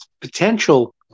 potential